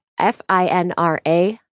FINRA